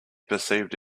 perceived